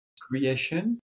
creation